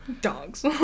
Dogs